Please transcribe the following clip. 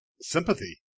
sympathy